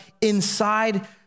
inside